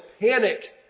panic